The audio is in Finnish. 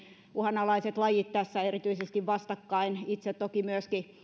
uhanalaiset lajit tässä erityisesti vastakkain itse toki